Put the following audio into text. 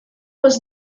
was